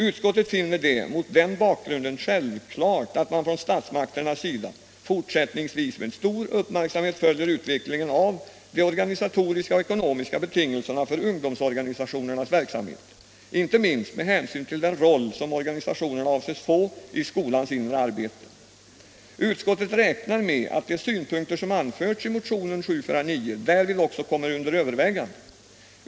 Utskottet finner det mot den bakgrunden självklart att man från statsmakternas sida fortsättningsvis med stor uppmärksamhet följer utvecklingen av de organisatoriska och ekonomiska betingelserna för ungdomsorganisationernas verksamhet, inte minst med hänsyn till den roll som organisationerna avses få i skolans inre arbete. Utskottet räknar med att de synpunkter som anförts i motionen 749 därvid också kommer under övervägande.